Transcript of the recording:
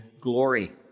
glory